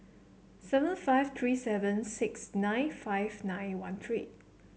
seven five three seven six nine five nine one three